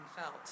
felt